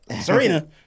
Serena